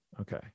Okay